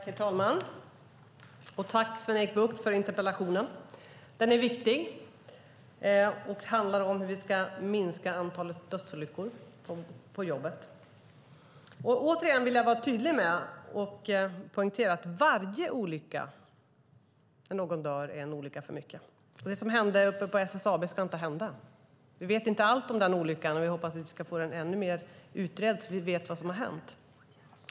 Herr talman! Tack, Sven-Erik Bucht, för interpellationen! Den är viktig. Den handlar om hur vi ska minska antalet dödsolyckor på jobbet. Återigen vill jag vara tydlig och poängtera att varje olycka där någon dör är en olycka för mycket. Det som hände på SSAB ska inte hända. Vi vet inte allt om den olyckan. Vi hoppas att vi ska få den ännu mer utredd, så att vi får veta vad som hände.